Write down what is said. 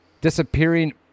disappearing